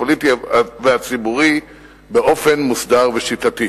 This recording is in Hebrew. הפוליטי והציבורי באופן מוסדר ושיטתי.